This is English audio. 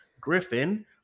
Griffin